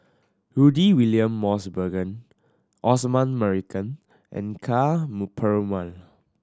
Rudy William Mosbergen Osman Merican and Ka Perumal